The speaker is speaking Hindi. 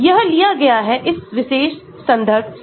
यह लिया गया है इस विशेष संदर्भ से